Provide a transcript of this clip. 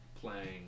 playing